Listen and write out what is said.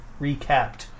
Recapped